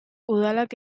udalak